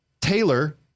Taylor